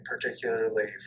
particularly